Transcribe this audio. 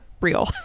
real